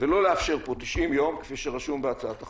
ולא לאפשר פה 90 יום כפי שרשום בהצעת החוק,